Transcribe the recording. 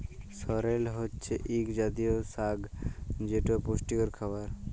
সরেল হছে ইক জাতীয় সাগ যেট পুষ্টিযুক্ত খাবার